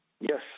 Yes